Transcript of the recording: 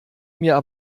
mir